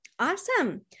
Awesome